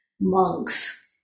monks